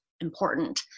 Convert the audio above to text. important